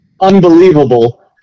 Unbelievable